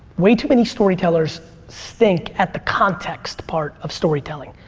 way too many storytellers stink at the context part of storytelling.